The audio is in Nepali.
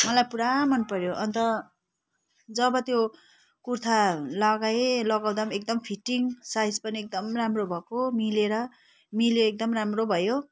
मलाई पुरा मन पऱ्यो अन्त जब त्यो कुर्ता लगाएँ लगाउँदा पनि एकदम फिटिङ साइज पनि एकदम राम्रो भएको मिलेर मिल्यो एकदम राम्रो भयो